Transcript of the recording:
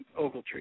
Ogletree